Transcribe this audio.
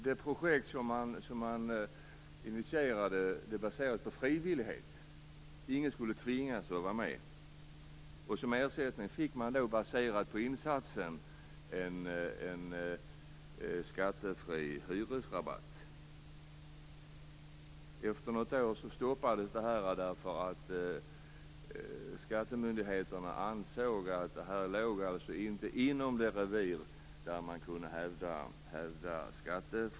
Det projekt som man initierade baserades på frivillighet. Ingen skulle tvingas att vara med. Som ersättning fick man en skattefri hyresrabatt, baserad på insatsen. Efter något år stoppades projektet därför att skattemyndigheterna ansåg att det inte låg inom det revir där skattefrihet kunde hävdas.